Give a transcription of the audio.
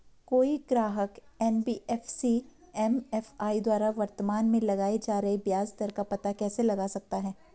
कोई ग्राहक NBFC MFI द्वारा वर्तमान में लगाए जा रहे ब्याज दर का पता कैसे लगा सकता है?